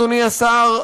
אדוני השר,